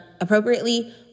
appropriately